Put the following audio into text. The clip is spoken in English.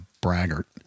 braggart